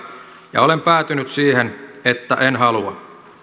ja olen päätynyt siihen että en halua